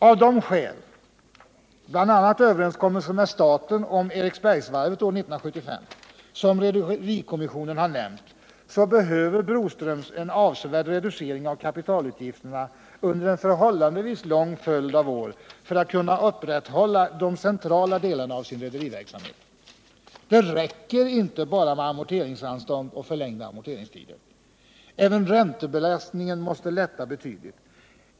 Av de skäl — bl.a. överenskommelsen med staten om Eriksbergsvarvet år 1975 — som rederikommissionen har nämnt behöver Broströms en avsevärd reducering av kapitalutgifterna under en förhållandevis lång följd av år för att kunna upprätthålla de centrala delarna av sin rederiverksamhet. Det räcker inte med bara amorteringsanstånd och förlängda amorteringstider. Även räntebelastningen måste lätta betydligt.